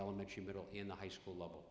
elementary middle in the high school level